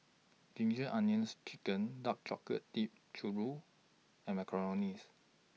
Ginger Onions Chicken Dark Chocolate Dipped Churro and Macarons